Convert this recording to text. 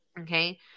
Okay